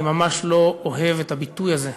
אני ממש לא אוהב את הביטוי הזה,